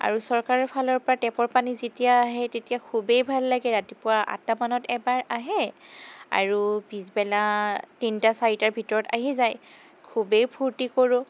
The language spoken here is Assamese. আৰু চৰকাৰৰ ফালৰ পৰা টেপৰ পানী যেতিয়া আহে তেতিয়া খুবেই ভাললাগে ৰাতিপুৱা আঠটা মানত এবাৰ আহে আৰু পিছবেলা তিনিটা চাৰিটাৰ ভিতৰত আহি যায় খুবেই ফুৰ্তি কৰোঁ